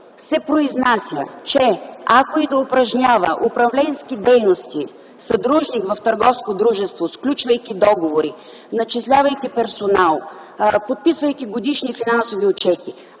се произнася, че: „Ако и да упражнява управленски дейности съдружник в търговско дружество, сключвайки договори, начислявайки персонал, подписвайки годишни финансови отчети,